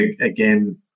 again